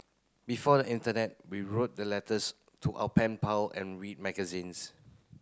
before the internet we wrote the letters to our pen pal and read magazines